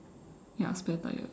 ya spare tyre